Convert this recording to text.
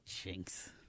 Jinx